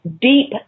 deep